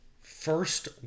first